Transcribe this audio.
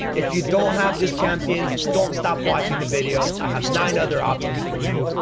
if you don't have this champion don't stop watching the video i have nine other options for you.